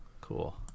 Cool